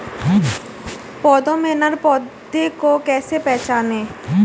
पौधों में नर पौधे को कैसे पहचानें?